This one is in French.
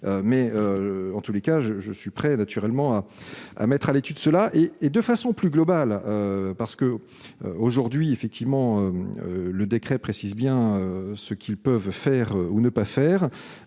mais en tous les cas, je, je suis prêt naturellement à à mettre à l'étude cela et et de façon plus globale, parce que, aujourd'hui, effectivement, le décret précise bien ce qu'ils peuvent faire ou ne pas faire